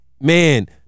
Man